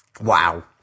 wow